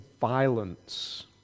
violence